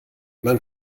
man